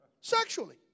sexually